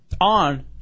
on